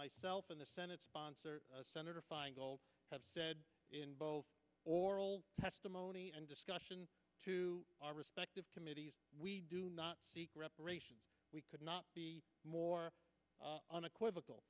myself and the senate sponsor senator feingold have said in oral testimony and discussion to our respective committees we do not seek reparations we could not be more unequivocal